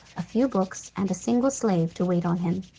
a few books, and a single slave to wait on him.